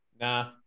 nah